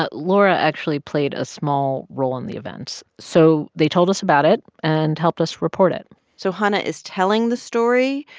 but laura actually played a small role in the events. so they told us about it and helped us report it so hanna is telling the story,